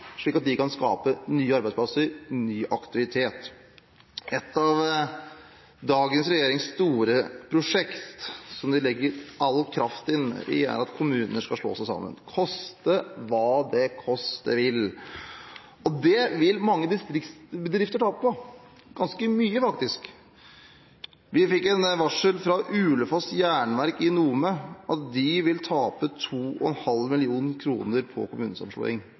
slik at de har kunnet skape nye arbeidsplasser, ny aktivitet. Et stort prosjekt for dagens regjering, som de legger all kraft inn i, er at kommuner skal slå seg sammen – koste hva det koste vil. Det vil mange distriktsbedrifter tape på – ganske mye, faktisk. Vi fikk varsel fra Ulefos Jernværk i Nome om at de vil tape 2,5 mill. kr på kommunesammenslåing,